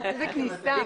איזו כניסה.